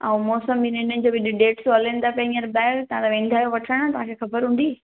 ऐं मौसम न हिननि जो बि ॾेढ सौ हलेनि था पिया हींअर ॿाहिरि तव्हां वेंदा आहियो वठणु तव्हांखे ख़बर हूंदी